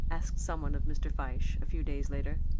asked someone of mr. fyshe a few days later.